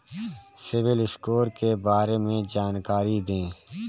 CIBIL score के बारे में जानकारी दें?